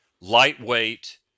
lightweight